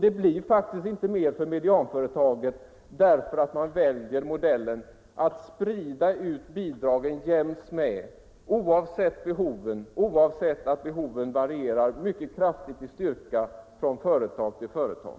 Det blir faktiskt inte mer för medianföretaget, eftersom man väljer modellen att sprida ut bidraget jämnt, oavsett att behovet varierar mycket kraftigt från företag till företag.